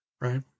right